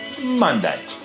Monday